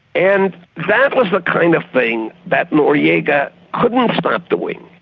and that was the kind of thing that noriega couldn't stop doing.